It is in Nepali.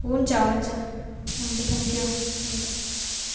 हुन्छ हुन्छ हुन्छ थ्याङ्कयू हुन्छ